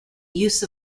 use